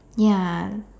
ya